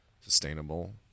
sustainable